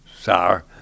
Sour